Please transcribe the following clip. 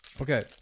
Okay